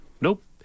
Nope